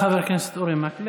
תודה, חבר הכנסת אורי מקלב.